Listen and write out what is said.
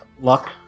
Luck